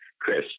Chris